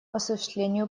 осуществлению